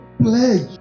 pledge